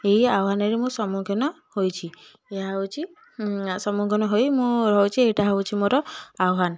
ଏହି ଆହ୍ୱାନରେ ମୁଁ ସମ୍ମୁଖୀନ ହୋଇଛି ଏହା ହେଉଛି ସମ୍ମୁଖୀନ ହୋଇ ମୁଁ ରହିଛି ଏଇଟା ହେଉଛି ମୋର ଆହ୍ୱାନ